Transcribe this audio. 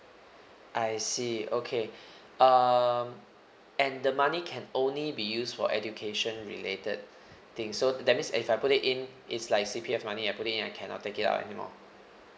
I see okay um and the money can only be used for education related thing so that means if I put it in is like C_P_F money I put it in I cannot take it out anymore